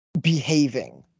behaving